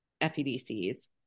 FEDCs